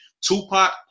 Tupac